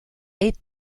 eighth